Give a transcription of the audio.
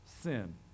sin